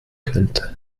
könnte